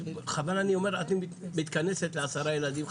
בכוונה אני אומר את מתכנסת ל-10 ילדים,